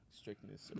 strictness